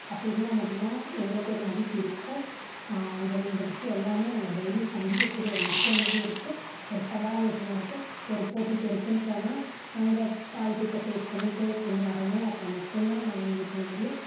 அப்படி இருந்தால் மட்டுந்தான் எங்களுக்கு ஒரு மதிப்பு இருக்கும் இந்த விஷயம் எல்லாம் நாங்கள் டெய்லி சந்திக்கக்கூடிய ஒரு விஷயமாவே இருக்குது ஒரு சவாலான விஷயமா இருக்குது ஒரு போட்டி தேர்வுக்குன்னு போனால் அங்கே பாதி பேர்த்த ஃபேஸ் பண்ணி கேர்ள்ஸ் வந்து வரணும் அப்போ மட்டுந்தான் நாங்கள் இந்த இது பண்ண முடியும்